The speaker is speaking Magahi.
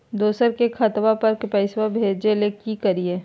दोसर के खतवा पर पैसवा भेजे ले कि करिए?